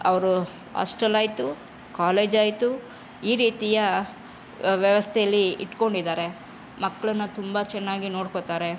ಅವರು ಆಸ್ಟಲ್ ಆಯಿತು ಕಾಲೇಜ್ ಆಯಿತು ಈ ರೀತಿಯ ವ್ಯವಸ್ಥೆಯಲ್ಲಿ ಇಟ್ಕೊಂಡಿದ್ದಾರೆ ಮಕ್ಕಳನ್ನು ತುಂಬ ಚೆನ್ನಾಗಿ ನೋಡ್ಕೊತಾರೆ